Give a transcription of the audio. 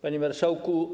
Panie Marszałku!